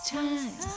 time